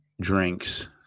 drinks